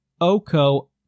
oko